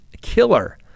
killer